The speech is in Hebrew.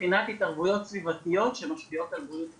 מבחינת התערבויות סביבתיות שמשפיעות על בריאות הציבור.